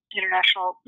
International